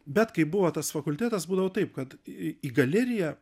bet kai buvo tas fakultetas būdavo taip kad į į galeriją